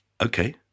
Okay